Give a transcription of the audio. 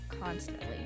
constantly